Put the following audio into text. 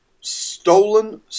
stolen